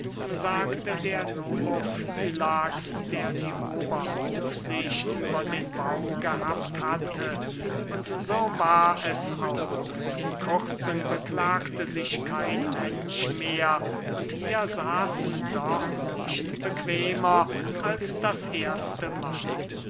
sagte der nomofylax der die oberaufsicht über den bau gehabt hatte und so war es auch in kurzem beklagte sich kein mensch mehr und wir saßen doch nicht bequemer als das erste mahl